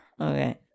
Okay